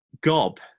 Gob